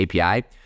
API